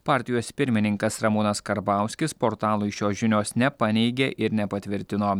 partijos pirmininkas ramūnas karbauskis portalui šios žinios nepaneigė ir nepatvirtino